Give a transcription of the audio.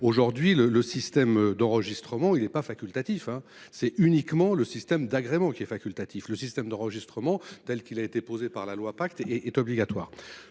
aujourd'hui le, le système d'enregistrement. Il n'est pas facultatif hein c'est uniquement le système d'agrément qui est facultatif. Le système d'enregistrement telle qu'il a été posé par la loi pacte est est obligatoire